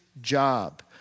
job